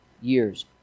years